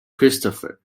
christopher